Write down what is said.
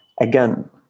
again